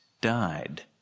died